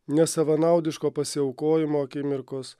nesavanaudiško pasiaukojimo akimirkos